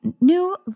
new